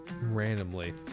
randomly